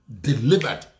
delivered